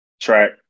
track